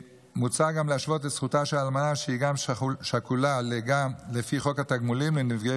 מוצע גם להשוות את זכותה של אלמנה שהיא גם שכולה לפי חוק התגמולים לנפגעי